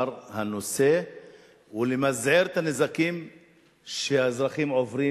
הנושא ולמזער את הנזקים שהאזרחים עוברים